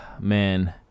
man –